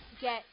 get